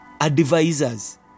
advisors